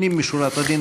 לפנים משורת הדין,